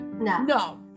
no